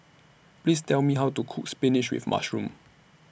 Please Tell Me How to Cook Spinach with Mushroom